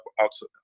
outside